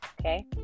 okay